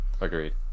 agreed